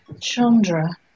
Chandra